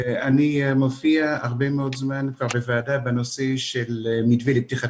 אני מופיע הרבה מאוד זמן כבר בוועדה בנושא מתווה לפתיחת